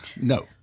No